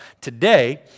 Today